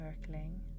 circling